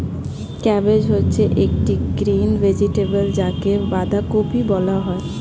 cabbage হচ্ছে একটি green vegetable যাকে বাঁধাকপি বলা হয়